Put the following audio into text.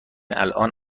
الان